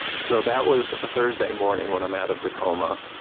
so that was a thursday morning when i'm out of the coma.